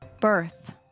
Birth